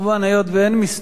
היות שאין מסתייגים,